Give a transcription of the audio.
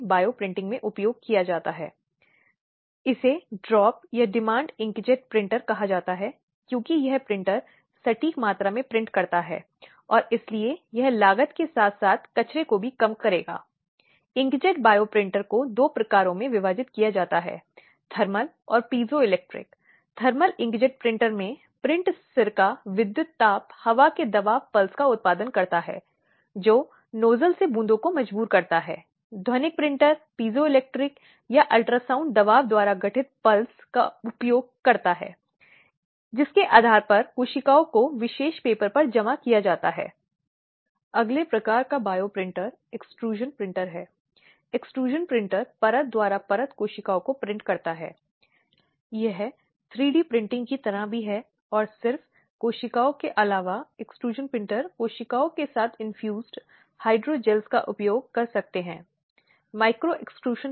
वह वास्तव में किसी भी प्रावधान को निर्दिष्ट नहीं करता है जो महिलाओं की सुरक्षा के संबंध में है इसलिए यह है कि जहां घरेलू हिंसा अधिनियम घरेलू हिंसा अधिनियम से महिलाओं की सुरक्षा महत्वपूर्ण बनती है और यह 26 अक्टूबर 2006 को लागू हुआ और मामला इसके बाद इसका उद्देश्य महिलाओं को घरेलू हिंसा के शिकार के रूप में सुरक्षा प्रदान करना था जिसे महिलाओं की मदद के लिए बनाया गया था